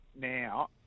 now